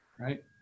right